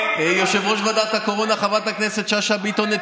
יושבת-ראש ועדת הקורונה חברת הכנסת שאשא ביטון,